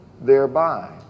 thereby